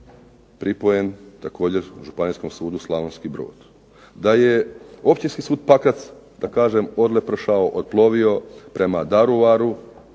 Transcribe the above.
pripojen također Županijskom sudu Slavonski Brod, da je Općinski sud Pakrac da kažem odlepršao, otplovio prema Daruvaru